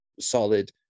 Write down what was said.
solid